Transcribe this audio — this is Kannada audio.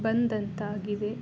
ಬಂದಂತಾಗಿವೆ